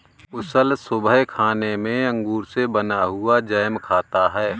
कुशल सुबह खाने में अंगूर से बना हुआ जैम खाता है